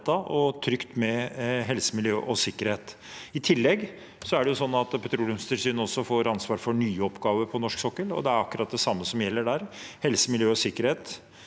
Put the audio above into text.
og trygt med helse, miljø og sikkerhet. I tillegg får Petroleumstilsynet ansvar for nye oppgaver på norsk sokkel, og det er akkurat det samme som gjelder der. Helse, miljø og sikkerhet